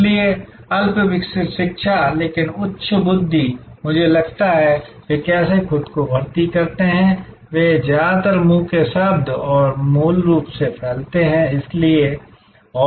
इसलिए अल्पविकसित शिक्षा लेकिन उच्च बुद्धि मुझे लगता है कि वे कैसे खुद को भर्ती करते हैं वे ज्यादातर मुंह के शब्द और मूल रूप से फैलते हैं इसलिए और रेफरल